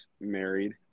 married